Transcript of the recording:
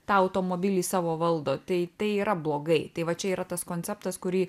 tą automobilį savo valdo tai tai yra blogai tai va čia yra tas konceptas kurį